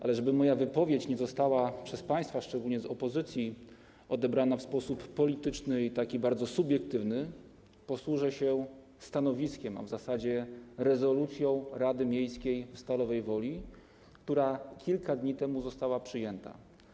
Ale, żeby moja wypowiedź nie została przez państwa, szczególnie z opozycji, odebrana w sposób polityczny i bardzo subiektywny, posłużę się stanowiskiem, a w zasadzie rezolucją Rady Miejskiej w Stalowej Woli, która kilka dni temu została przyjęta.